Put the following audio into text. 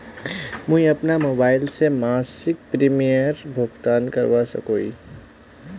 मुई अपना मोबाईल से मासिक प्रीमियमेर भुगतान करवा सकोहो ही?